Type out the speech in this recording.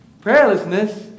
prayerlessness